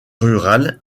rural